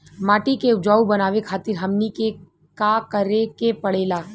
माटी के उपजाऊ बनावे खातिर हमनी के का करें के पढ़ेला?